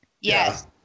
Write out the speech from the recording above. Yes